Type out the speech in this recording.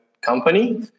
company